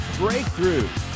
breakthrough